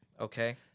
Okay